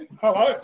Hello